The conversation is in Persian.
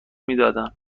میدادن